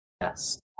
Yes